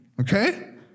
okay